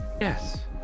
Yes